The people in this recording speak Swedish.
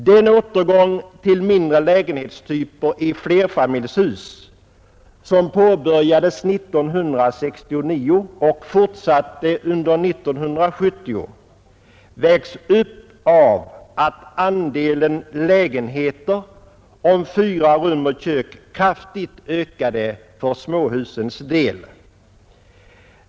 Den återgång till mindre lägenhetstyper i flerfamiljshus som påbörjades 1969 och fortsatte under 1970 vägs upp av att andelen lägenheter om fyra rum och kök kraftigt ökade för småhusens del.